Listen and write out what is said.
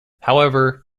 however